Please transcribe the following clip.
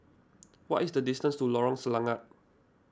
what is the distance to Lorong Selangat